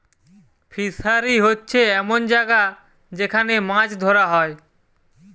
fishery হোচ্ছে এমন জাগা যেখান মাছ ধোরা হয়